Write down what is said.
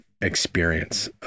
experience